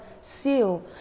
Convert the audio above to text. seal